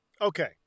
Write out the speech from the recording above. okay